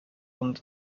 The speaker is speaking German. und